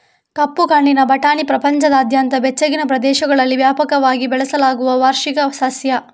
ಕಪ್ಪು ಕಣ್ಣಿನ ಬಟಾಣಿ ಪ್ರಪಂಚದಾದ್ಯಂತ ಬೆಚ್ಚಗಿನ ಪ್ರದೇಶಗಳಲ್ಲಿ ವ್ಯಾಪಕವಾಗಿ ಬೆಳೆಸಲಾಗುವ ವಾರ್ಷಿಕ ಸಸ್ಯ